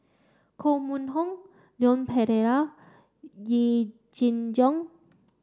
Koh Mun Hong Leon Perera Yee Jenn Jong